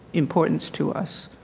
importance to us